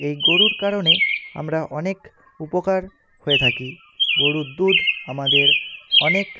এই গরুর কারণে আমরা অনেক উপকার হয়ে থাকি গরুর দুধ আমাদের অনেক